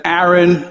Aaron